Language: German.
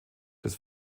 des